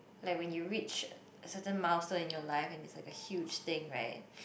like when you reach certain milestone in your life and is like a huge thing right